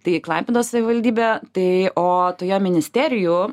tai klaipėdos savivaldybė tai o tu ją ministerijų